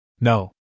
No